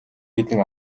хэдэн